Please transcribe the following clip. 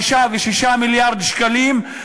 5 ו-6 מיליארד שקלים,